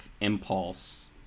impulse